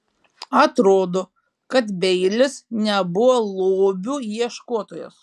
atrodo kad beilis nebuvo lobių ieškotojas